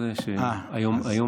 האמת